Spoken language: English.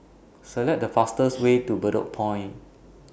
Select The fastest Way to Bedok Point